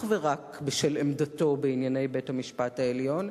ורק בשל עמדתו בענייני בית-המשפט העליון,